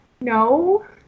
no